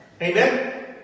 Amen